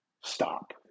Stop